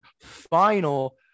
final